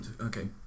Okay